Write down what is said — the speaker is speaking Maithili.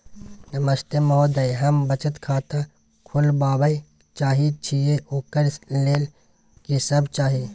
नमस्ते महोदय, हम बचत खाता खोलवाबै चाहे छिये, ओकर लेल की सब चाही?